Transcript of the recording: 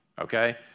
okay